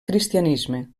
cristianisme